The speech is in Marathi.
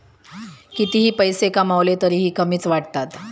कितीही पैसे कमावले तरीही कमीच वाटतात